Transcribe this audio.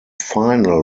final